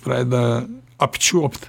pradeda apčiuopt